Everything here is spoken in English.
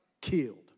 killed